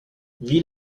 wie